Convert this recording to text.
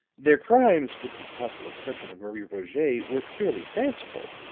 their crimes, with the possible exception of marie roget were purely fanciful.